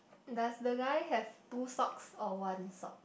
does the guy have two socks or one sock